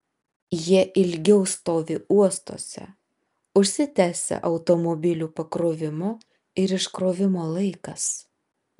jie ilgiau stovi uostuose užsitęsia automobilių pakrovimo ir iškrovimo laikas